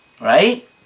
Right